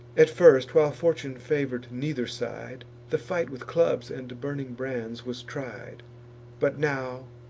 at first, while fortune favor'd neither side, the fight with clubs and burning brands was tried but now,